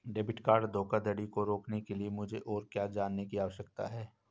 Debit card धोखाधड़ी को रोकने के लिए मुझे और क्या जानने की आवश्यकता है?